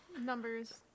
Numbers